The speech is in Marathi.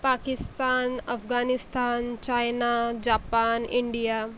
Pakistan Afghanistan China Japan India